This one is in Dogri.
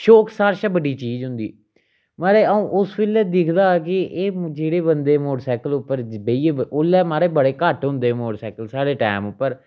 शौक सारां शा बड्डी चीज होंदी महाराज आ'ऊं उस बेल्लै दिखदा हा कि एह् जेह्ड़े बंदे मोटरसाइकल उप्पर बेहियै ओल्लै महाराज बड़े घट्ट होंदे हे मोटरसाइकल साढ़े टैम उप्पर